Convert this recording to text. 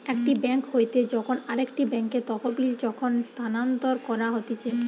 একটি বেঙ্ক হইতে যখন আরেকটি বেঙ্কে তহবিল যখন স্থানান্তর করা হতিছে